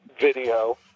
video